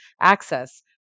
access